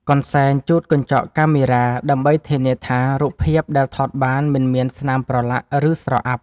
កន្សែងជូតកញ្ចក់កាមេរ៉ា ដើម្បីធានាថា រូបភាពដែលថតបានមិនមានស្នាមប្រឡាក់ ឬស្រអាប់។